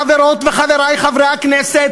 חברותי וחברי חברי הכנסת,